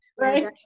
Right